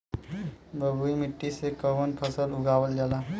बलुई मिट्टी में कवन फसल उगावल जाला?